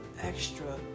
extra